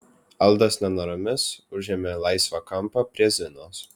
aldas nenoromis užėmė laisvą kampą prie zinos